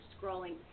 Scrolling